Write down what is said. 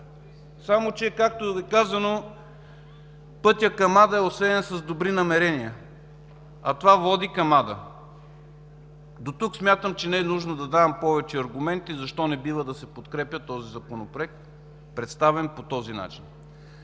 само че, както е казано: „Пътят към ада е осеян с добри намерения”, а това води към ада. Дотук смятам, че не е нужно да давам повече аргументи защо не бива да се подкрепя този Законопроект, представен по този начин.